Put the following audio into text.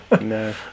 No